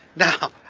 now,